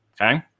okay